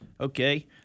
Okay